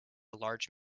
large